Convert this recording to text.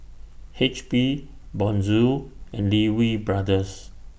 H P Bonjour and Lee Wee Brothers